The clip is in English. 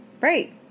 right